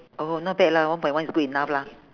oh not bad lah one point one is good enough lah